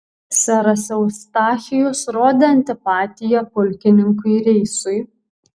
seras eustachijus rodė antipatiją pulkininkui reisui